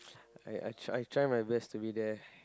I I try I try my best to be there